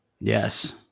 Yes